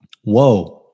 Whoa